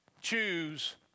choose